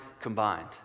combined